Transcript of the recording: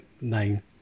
nine